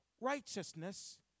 righteousness